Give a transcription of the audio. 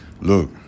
look